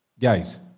Guys